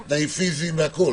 זה תנאים פיזיים והכול.